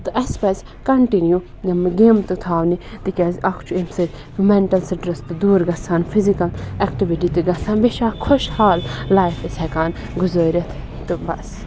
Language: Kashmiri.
تہٕ اَسہِ پَزِ کَنٹِنیو یِمہٕ گیمہٕ تہِ تھاونہِ تِکیٛازِ اکھ چھُ امہِ سۭتۍ مٮ۪نٹَل سِٹرٛس تہِ دوٗر گَژھان فِزِکَل ایٮٚکٹِوِٹی تہِ گَژھان بیٚیہِ چھِ خۄش حال لایف أسۍ ہٮ۪کان گُزٲرِتھ تہٕ بَس